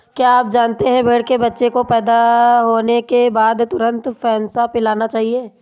क्या आप जानते है भेड़ के बच्चे को पैदा होने के बाद तुरंत फेनसा पिलाना चाहिए?